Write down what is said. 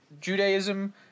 judaism